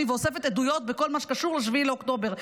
ואוספת עדויות בכל מה שקשור ל-7 באוקטובר.